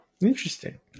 Interesting